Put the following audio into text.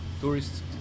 tourists